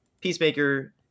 peacemaker